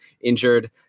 injured